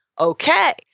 Okay